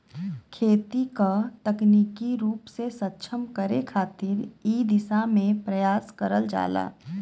खेती क तकनीकी रूप से सक्षम करे खातिर इ दिशा में प्रयास करल जाला